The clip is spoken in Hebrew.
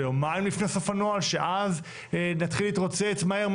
ליומיים לפני סוף הנוהל שאז נתחיל להתרוצץ מהר,